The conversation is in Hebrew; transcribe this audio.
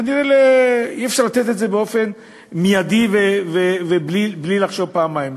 כנראה אי-אפשר לתת את זה באופן מיידי ובלי לחשוב פעמיים.